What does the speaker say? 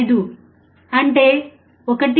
5 అంటే 1